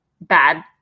bad